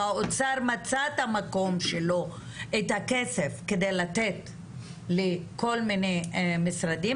והאוצר מצא את הכסף כדי לתת לכל מיני משרדים,